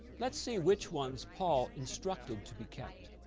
let's see which ones paul instructed to be kept.